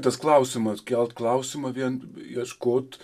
tas klausimas kelt klausimą vien ieškot